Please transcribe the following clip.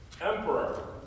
emperor